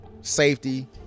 safety